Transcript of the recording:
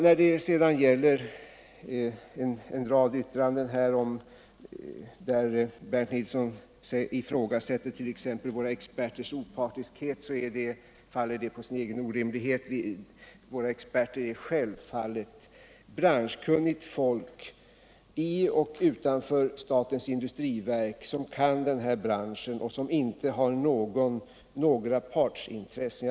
När det sedan gäller det yttrande där Bernt Nilsson ifrågasätter våra experters opartiskhet, så faller det på sin egen orimlighet. Våra experter är självfallet branschkunnigt folk i och utanför statens industriverk som kan branschen och som inte har några partsintressen.